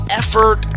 effort